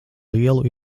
lielu